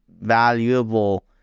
valuable